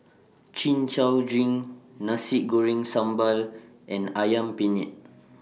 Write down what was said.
Chin Chow Drink Nasi Goreng Sambal and Ayam Penyet